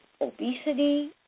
obesity